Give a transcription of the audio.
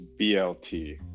BLT